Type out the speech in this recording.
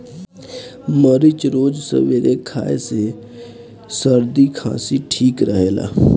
मरीच रोज सबेरे खाए से सरदी खासी ठीक रहेला